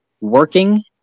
working